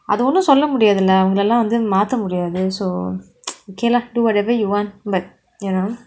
அது ஒன்னும் சொல்ல முடியாது:athu onnum solla mudiyaathu leh அவுங்களலாம் மாத்த முடியாது:avungalalaam maaththa mudiyaathu so okay lah do whatever you want but you know